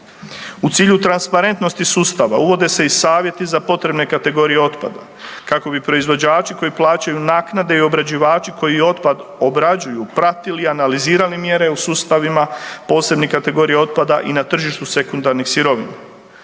U cilju transparentnosti sustava uvode se i savjeti za potrebne kategorije otpada kako bi proizvođači koji plaćaju naknade i obrađivači koji otpad obrađuju pratili i analizirali mjere u sustavima posebnih kategorija otpada i na tržištu sekundarnih sirovina.